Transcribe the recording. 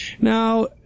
Now